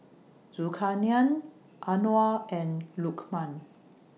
Zulkarnain Anuar and Lukman